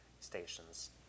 stations